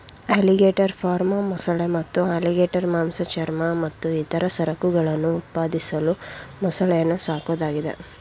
alligator farm ಮೊಸಳೆ ಮತ್ತು alligator ಮಾಂಸ ಚರ್ಮ ಮತ್ತು ಇತರ ಸರಕುಗಳನ್ನು ಉತ್ಪಾದಿಸಲು ಮೊಸಳೆಯನ್ನು ಸಾಕೋದಾಗಿದೆ